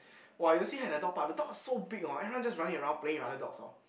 !wah! you'll see her at the dog park the dog ah so big oh everyone just running around playing with other dogs oh